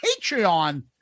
Patreon